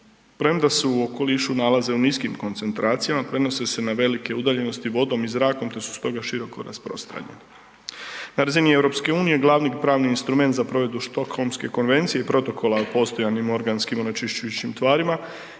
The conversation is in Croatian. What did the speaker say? Premda se u okolišu nalaze u niskim koncentracijama, prenose se na velike udaljenosti vodom i zrakom te su stoga široko rasprostranjeni. Na razini EU glavni pravni instrument za provedbu Štokholmske konvencije i Protokola o postojanim organskim onečišćujućim tvarima